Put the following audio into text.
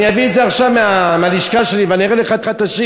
אני אביא את זה עכשיו מהלשכה שלי ואני אראה לך את השיר.